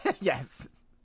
Yes